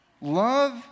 Love